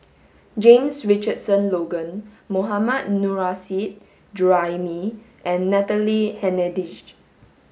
James Richardson Logan Mohammad Nurrasyid Juraimi and Natalie Hennedige